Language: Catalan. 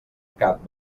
cap